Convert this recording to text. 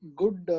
good